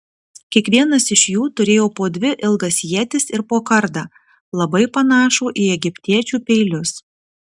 kiekvienas iš jų turėjo po dvi ilgas ietis ir po kardą labai panašų į egiptiečių peilius